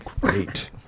great